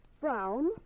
Brown